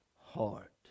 heart